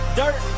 dirt